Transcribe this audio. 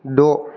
द'